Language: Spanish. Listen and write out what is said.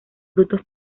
frutos